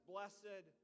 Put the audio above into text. Blessed